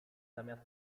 zamiast